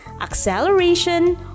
acceleration